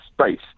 space